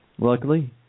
Luckily